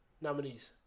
nominees